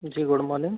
ji good morning